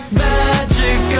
magic